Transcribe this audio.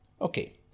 okay